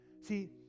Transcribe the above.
See